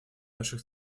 наших